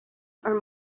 are